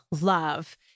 love